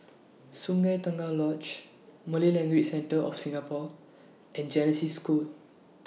Sungei Tengah Lodge Malay Language Centre of Singapore and Genesis School